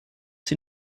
sie